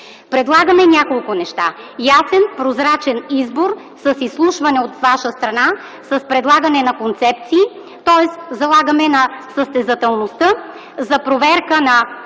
Предлагаме няколко неща: ясен, прозрачен избор с изслушване от ваша страна, с предлагане на концепции, тоест залагаме на състезателността за проверка на